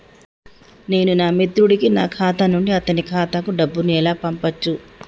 నేను నా మిత్రుడి కి నా ఖాతా నుండి అతని ఖాతా కు డబ్బు ను ఎలా పంపచ్చు?